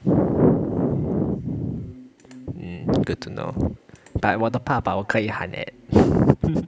mm good to know but 我的爸爸我可以喊 at